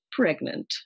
pregnant